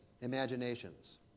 imaginations